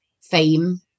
fame